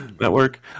network